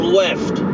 left